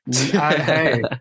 Hey